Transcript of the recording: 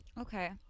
Okay